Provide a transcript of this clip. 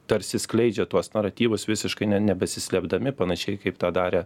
tarsi skleidžia tuos naratyvus visiškai ne nebesislėpdami panašiai kaip tą darė